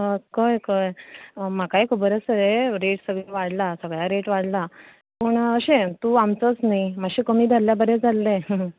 आं कळ्ळें कळ्ळें म्हाकाय खबर आसा रे रेट बीन वाडला सगल्या रेट वाडला पूण अशें तूं आमचोच न्ही मात्शें कमी जाल्यार बरें जाल्लें